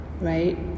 Right